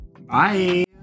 Bye